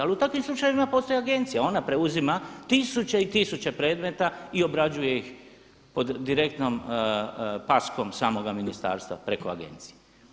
Ali u takvim slučajevima postoji agencija, ona preuzima tisuće i tisuće predmeta i obrađuje ih pod direktnom paskom samoga ministarstva preko agencije.